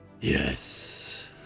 Yes